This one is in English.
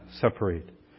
separate